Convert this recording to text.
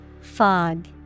fog